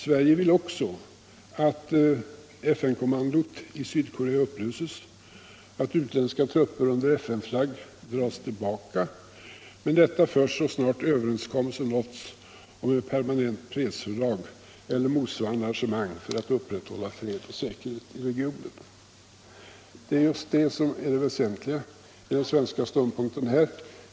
Sverige vill också att FN-kommandot i Sydkorea upplöses och att utländska trupper under FN-flagg dras tillbaka, men först när en överenskommelse nåtts om ett permanent fredsfördrag eller motsvarande arrangemang för att upprätthålla fred och säkerhet i regionen. Det är det väsentliga i den svenska ståndpunkten.